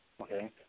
Okay